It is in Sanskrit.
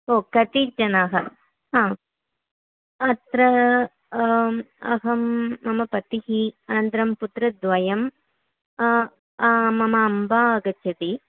ओ कति जनाः हा अत्र अहं मम पतिः अनन्तरं पुत्रद्वयं मम अम्बा आगच्छति